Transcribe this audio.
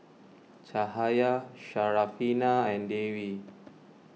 Cahaya Syarafina and Dewi